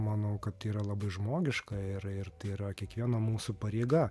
manau kad tai yra labai žmogiška ir ir tai yra kiekvieno mūsų pareiga